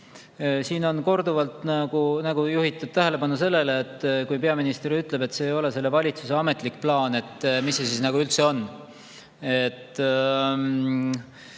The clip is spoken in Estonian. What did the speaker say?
Siin on korduvalt juhitud tähelepanu sellele, et kui peaminister ütleb, et see ei ole selle valitsuse ametlik plaan, siis mis see üldse on.